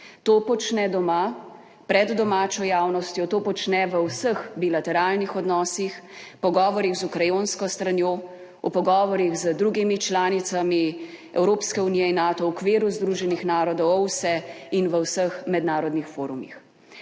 To počne doma, pred domačo javnostjo, to počne v vseh bilateralnih odnosih, pogovorih z ukrajinsko stranjo, v pogovorih z drugimi članicami Evropske unije in Nato, v okviru Združenih narodov, OVSE in v vseh mednarodnih forumih.